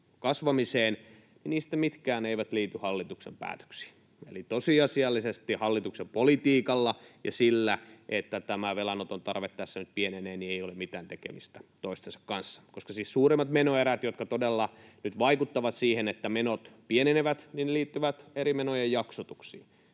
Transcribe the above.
kasvamiseen, mitkään eivät liity hallituksen päätöksiin. Eli tosiasiallisesti hallituksen politiikalla ja sillä, että tämä velanoton tarve tässä nyt pienenee, ei ole mitään tekemistä toistensa kanssa, koska siis suurimmat menoerät, jotka todella nyt vaikuttavat siihen, että menot pienenevät, liittyvät eri menojen jaksotuksiin,